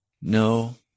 No